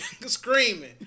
screaming